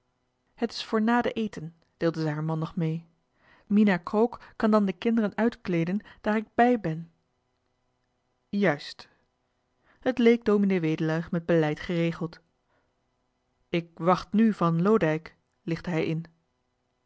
het is voor na den eten deelde zij haar man nog mee mina krook kan dan de kinderen uitkleeden daar ik bij ben juist het leek ds wedelaar met beleid geregeld ik wacht nu van loodijck lichtte hij in